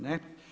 Ne.